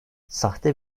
sahte